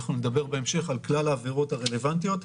ואנחנו נדבר בהמשך על כלל העבירות הרלוונטיות.